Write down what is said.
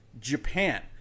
Japan